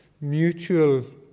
mutual